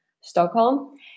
Stockholm